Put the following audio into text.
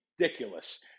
Ridiculous